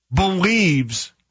believes